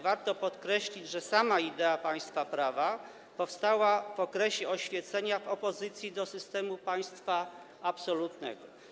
Warto podkreślić, że sama idea państwa prawa powstała w okresie oświecenia w opozycji do systemu państwa absolutnego.